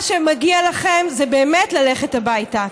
מה שמגיע לכם זה באמת ללכת הביתה.